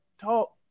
talk